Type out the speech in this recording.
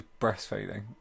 Breastfeeding